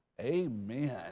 Amen